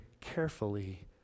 carefully